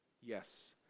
yes